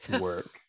work